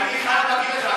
אני חייב להגיד לך,